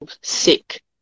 sick